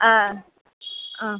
ആ ആ